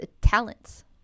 talents